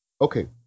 Okay